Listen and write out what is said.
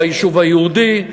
ביישוב היהודי,